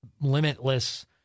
limitless